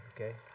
okay